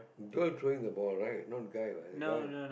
girl throwing the ball right not guy what guy